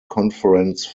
conference